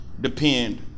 depend